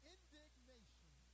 Indignation